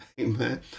Amen